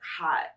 hot